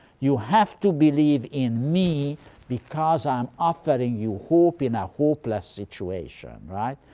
you have to believe in me because i'm offering you hope in a hopeless situation. right?